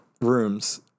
rooms